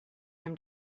him